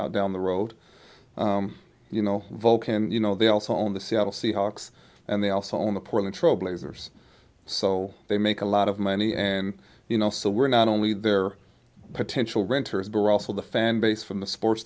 out down the road you know vulcan you know they also own the seattle seahawks and they also own the portland trailblazers so they make a lot of money and you know so we're not only their potential renters were also the fanbase from the sports